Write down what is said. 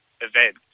event